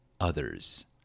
others